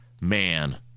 man